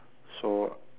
so